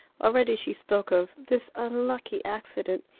already she spoke of this unlucky accident,